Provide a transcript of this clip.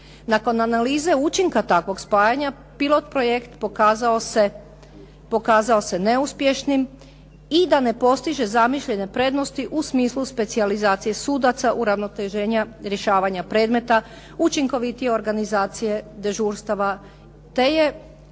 Nakon analize učinka takvog spajanja pilot projekt pokazao se neuspješnim i da ne postiže zamišljene prednosti u smislu specijalizacije sudaca, uravnoteženja rješavanja predmeta, učinkovitije organizacije dežurstava, te je